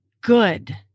good